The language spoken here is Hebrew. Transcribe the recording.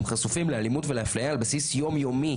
הם חשופים לאלימות ואפליה על בסיס יום יומי,